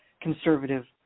conservative